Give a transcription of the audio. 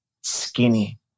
skinny